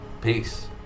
Peace